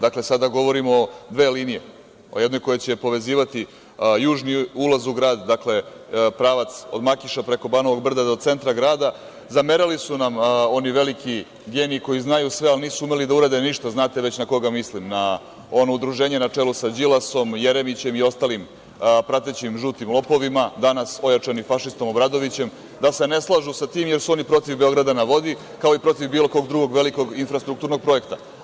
Dakle, sada govorimo o dve linije o jednoj koja će povezivati južni ulaz u gradu, pravac od Makiša preko Banovog brda do centra grada, zamerali su nam oni veliki geniji koji znaju sve, ali nisu umeli da urade ništa, znate već na koga mislim, na ono udruženje na čelu sa Đilasom, Jeremićem i ostalim pratećim žutim lopovima, danas ojačani fašistom Obradovićem, da se ne slažu sa tim, jer su oni protiv „Beograda na vodi“, kao i protiv bilo kog drugog velikog infrastrukturnog projekta.